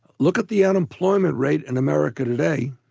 look at the unemployment rate in america today.